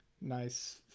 nice